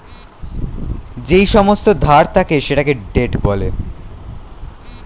যেই সমস্ত ধার থাকে সেটাকে ডেট বলে